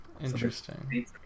Interesting